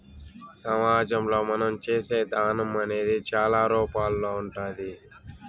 సమాజంలో మనం చేసే దానం అనేది చాలా రూపాల్లో ఉంటాది